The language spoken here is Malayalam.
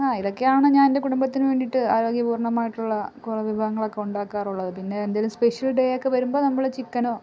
ആ ഇതൊക്കെയാണ് ഞാൻ എൻ്റെ കുടുംബത്തിന് വേണ്ടിയിട്ട് ആരോഗ്യപൂർണമായിട്ടുള്ള കുറേ വിഭവങ്ങളൊക്കെ ഉണ്ടാക്കാറുള്ളത് പിന്നെ എന്തെങ്കിലും സ്പെഷ്യൽ ഡേ ഒക്കെ വരുമ്പോൾ ചിക്കനോ